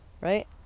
right